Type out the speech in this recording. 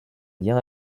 lien